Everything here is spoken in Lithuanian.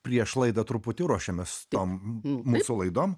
prieš laidą truputį ruošiamės tom mūsų laidom